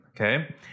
Okay